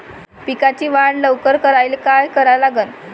पिकाची वाढ लवकर करायले काय करा लागन?